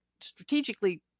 strategically